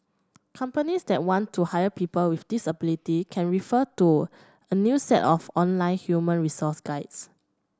companies that want to hire people with disability can refer to a new set of online human resource guides